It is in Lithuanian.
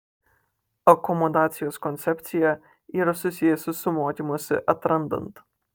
akomodacijos koncepcija yra susijusi su mokymusi atrandant